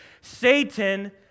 Satan